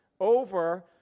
over